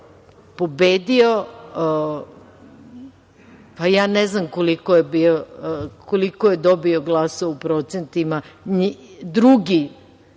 pobedio, pa ja ne znam koliko je dobio glasova u procentima drugi